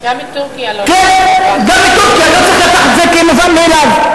גם את טורקיה לא ניקח for granted.